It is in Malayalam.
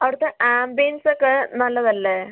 അവിടുത്തെ ആംബിയൻസ് ഒക്കെ നല്ലത് അല്ലേ